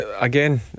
again